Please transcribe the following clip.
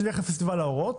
שזה יילך לפסטיבל האורות,